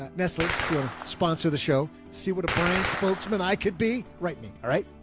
ah nestle, if you wanna sponsor the show, see what a brand spokesman i could be writing. alright.